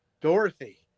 Dorothy